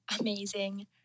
amazing